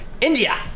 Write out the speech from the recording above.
India